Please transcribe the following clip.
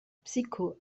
psycho